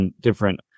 different